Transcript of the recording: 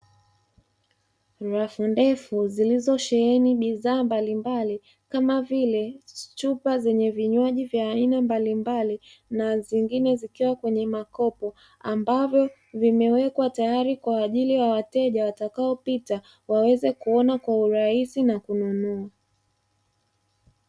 Rafu ndefu zilizosheheni bidhaa mbalimbali kama vile chupa zenye vin ywaji vya aina mbalimbali, na zingine zikiwa kwenye makopo ambavyo vimewekwa tayari kwa ajili ya wateja watakaopit, waweze kuona kwa urahisi n kununua.